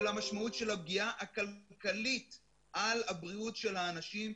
של המשמעות של הפגיעה הכלכלית על הבריאות שלה אנשים,